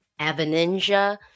Aveninja